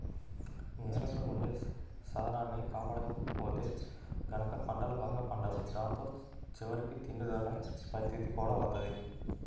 నేలల్లో ఉండే సారాన్ని కాపాడకపోతే గనక పంటలు బాగా పండవు దాంతో చివరికి తిండి దొరకని పరిత్తితి కూడా వత్తది